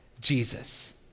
Jesus